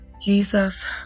Jesus